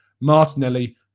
Martinelli